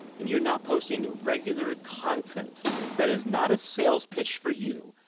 and you're not posting a regular content that is not a sales pitch for you,